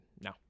no